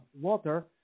water